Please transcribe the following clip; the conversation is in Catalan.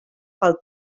pel